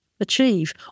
achieve